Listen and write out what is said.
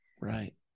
Right